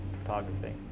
photography